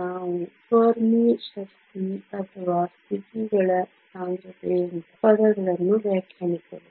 ನಾವು ಫೆರ್ಮಿ ಶಕ್ತಿ ಅಥವಾ ಸ್ಥಿತಿಗಳ ಸಾಂದ್ರತೆಯಂತಹ ಪದಗಳನ್ನು ವ್ಯಾಖ್ಯಾನಿಸಬಹುದು